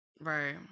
Right